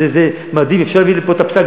זה מדהים, אפשר להביא לפה את פסק-הדין.